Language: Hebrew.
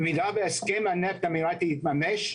במידה והסכם הנפט האמירתי יתממש,